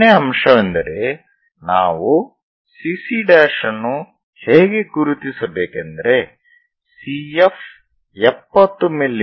ಎರಡನೆಯ ಅಂಶವೆಂದರೆ ನಾವು CC ಅನ್ನು ಹೇಗೆ ಗುರುತಿಸಬೇಕೆಂದರೆ CF 70 ಮಿ